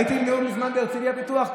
הייתי לא מזמן בהרצליה פיתוח,